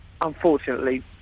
Unfortunately